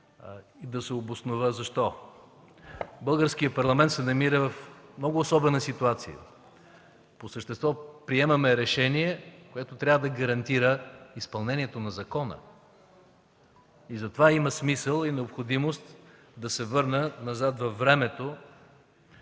и да се обоснова защо. Българският парламент се намира в много особена ситуация. По същество приемаме решение, което трябва да гарантира изпълнението на закона. Затова има смисъл и необходимост да се върна назад във времето,